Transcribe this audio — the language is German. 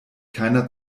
keiner